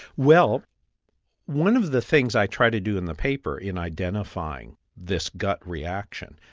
well one of the things i try to do in the paper in identifying this gut reaction,